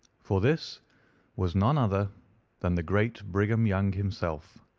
for this was none other than the great brigham young himself.